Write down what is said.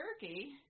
Turkey